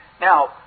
Now